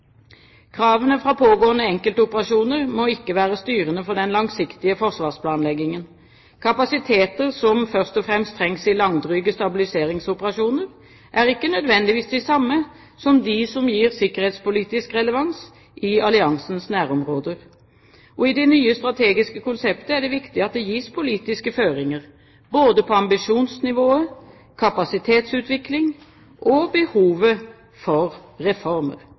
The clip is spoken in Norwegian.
Kravene fra pågående enkeltoperasjoner må ikke være styrende for den langsiktige forsvarsplanleggingen. Kapasiteter som først og fremst trengs i langdryge stabiliseringsoperasjoner, er ikke nødvendigvis de samme som de som gir sikkerhetspolitisk relevans i alliansens nærområder. I det nye strategiske konseptet er det viktig at det gis politiske føringer for både ambisjonsnivå, kapasitetsutvikling og behovet for reformer.